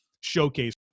showcase